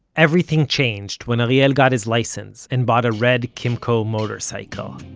everything changed when ariel got his license and bought a red kymco motorcycle.